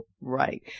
Right